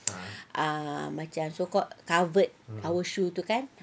ah macam so called covered our shoe tu kan